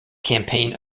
campaign